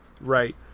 Right